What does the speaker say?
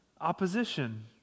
opposition